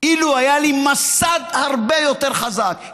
אילו היה לי מסד הרבה יותר חזק,